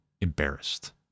embarrassed